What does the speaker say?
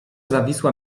zawisła